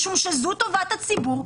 משום שזו טובת הציבור,